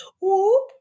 Whoop